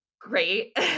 Great